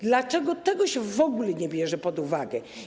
Dlaczego tego w ogóle nie bierze się pod uwagę?